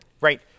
Right